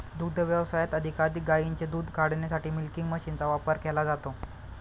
दुग्ध व्यवसायात अधिकाधिक गायींचे दूध काढण्यासाठी मिल्किंग मशीनचा वापर केला जातो